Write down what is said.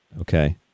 Okay